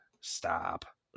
stop